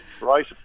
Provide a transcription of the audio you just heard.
right